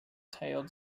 tailed